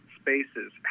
spaces